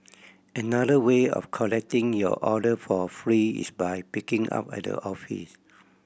another way of collecting your order for free is by picking up at the office